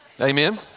Amen